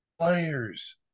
players